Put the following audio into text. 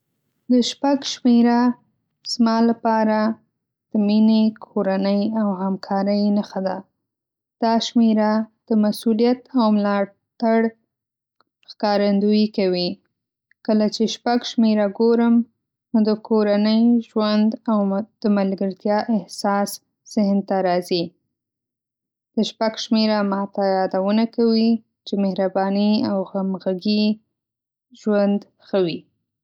شمېره زما لپاره د مینې، کورنۍ، او همکارۍ نښه ده ۶. دا شمېره د مسوولیت او ملاتړ ښکارندويي کوي. کله چې ۶ شمېره ګورم، نو د کورنۍ ژوند او د ملګرتیا احساس ذهن ته راځي. ۶ شمېره ماته دا یادونه کوي چې مهرباني او همغږي ژوند ښه وي.